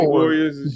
warriors